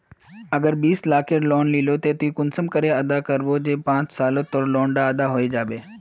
अगर बीस लाखेर लोन लिलो ते ती कुंसम करे अदा करबो ते पाँच सालोत तोर लोन डा अदा है जाबे?